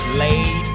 late